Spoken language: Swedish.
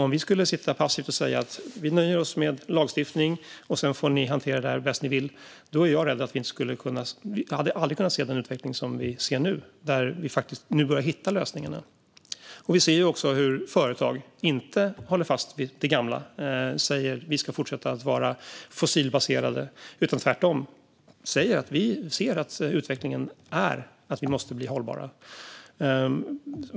Om vi skulle sitta passiva och säga att vi nöjer oss med lagstiftning och att ni sedan får hantera detta bäst ni vill - ja, då är jag rädd för att vi aldrig skulle ha fått se den utveckling som vi ser nu, där vi ju börjar hitta lösningarna. Vi ser också hur företag inte håller fast vid det gamla. De säger inte att de vill fortsätta att vara fossilbaserade, utan tvärtom säger de att de ser att utvecklingen är att de måste bli hållbara.